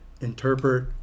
interpret